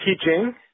teaching